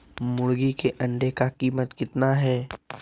मुर्गी के अंडे का कीमत कितना है?